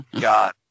god